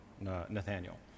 Nathaniel